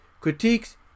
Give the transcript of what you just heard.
critiques